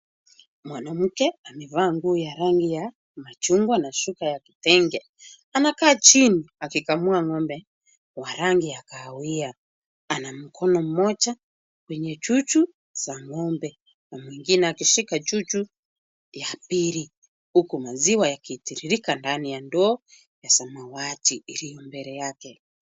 Mwanamke amevaa nguo ya rangi ya machungwa na shuka ya kitenge. Anakaa chini akikamua ng'ombe wa rangi ya kahawia. Ana mkono mmoja kwenye chuchu za ng'ombe na mwingine akishika chuchu ya pili. Huku maziwa yakitiririka ndani ya ndoo ya samawati iliyo mbele yake.